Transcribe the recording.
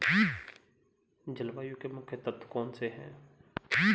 जलवायु के मुख्य तत्व कौनसे हैं?